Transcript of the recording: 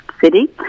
city